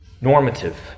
normative